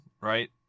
right